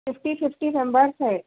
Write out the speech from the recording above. fifty fifty numbers ہے